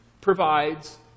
provides